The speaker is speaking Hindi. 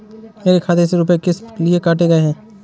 मेरे खाते से रुपय किस लिए काटे गए हैं?